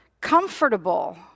comfortable